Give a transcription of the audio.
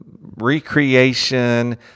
recreation